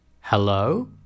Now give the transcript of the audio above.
Hello